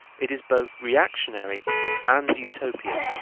it is both reactionary and utopian.